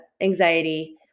anxiety